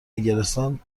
انگلستان